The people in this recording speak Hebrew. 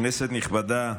כנסת נכבדה,